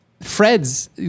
Fred's